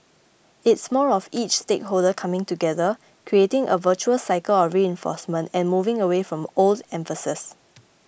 it's more of each stakeholder coming together creating a virtuous cycle of reinforcement and moving away from old emphases